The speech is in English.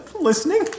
listening